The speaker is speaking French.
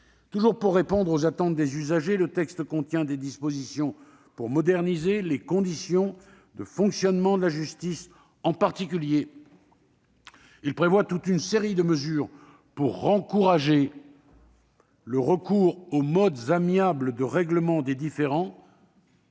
Toujours pour répondre aux attentes des usagers, le texte comporte des dispositions modernisant les conditions de fonctionnement de la justice. En particulier, il prévoit toute une série de mesures pour encourager le recours aux modes amiables de règlement des différends,